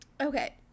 Okay